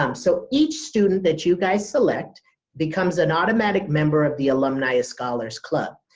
um so each student that you guys select becomes an automatic member of the alumni scholars club.